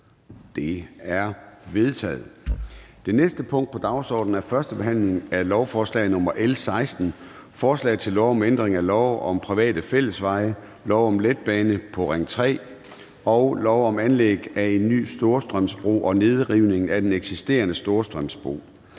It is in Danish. Det er vedtaget. --- Det næste punkt på dagsordenen er: 4) 1. behandling af lovforslag nr. L 16: Forslag til lov om ændring af lov om private fællesveje, lov om letbane på Ring 3 og lov om anlæg af en ny Storstrømsbro og nedrivning af den eksisterende Storstrømsbro.